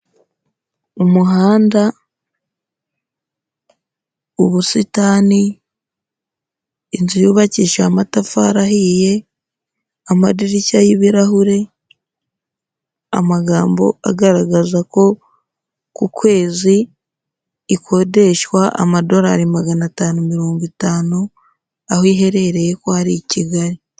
Umuhanda, ubusitani, inzu yubakishije amatafari ahiye, amadirishya y'ibirahure, amagambo agaragaza ko ku kwezi ikodeshwa amadolari magana atanu mirongo itanu, aho iherereye ko ari i Kigali.